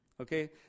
Okay